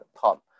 top